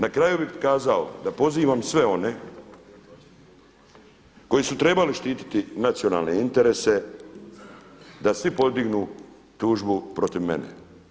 Na kraju bih kazao da pozivam sve one koji su trebali štititi nacionalne interese da svi podignu tužbu protiv mene.